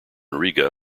riga